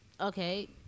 Okay